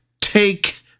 take